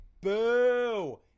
boo